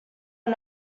are